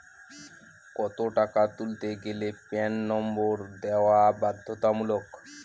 কত টাকা তুলতে গেলে প্যান নম্বর দেওয়া বাধ্যতামূলক?